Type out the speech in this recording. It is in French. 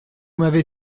m’avez